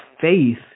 faith